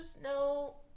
no